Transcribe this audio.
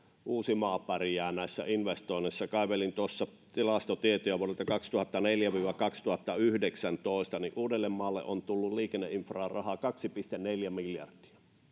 uusimaa pärjää näissä investoinneissa kun kaivelin tuossa tilastotietoja vuodelta kaksituhattaneljä viiva kaksituhattayhdeksäntoista niin uudellemaalle on tullut liikenneinfraan rahaa kaksi pilkku neljä miljardia